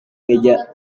meja